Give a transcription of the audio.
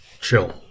chill